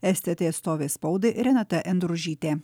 es tė tė atstovė spaudai renata endružytė